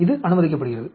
இது அனுமதிக்கப்படுகிறது